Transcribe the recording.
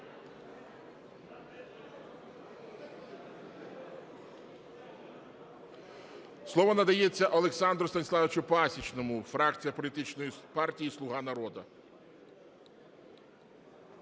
Слово надається Олександру Станіславовичу Пасічному, фракція політичної партії "Слуга народу".